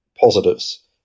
positives